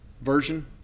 version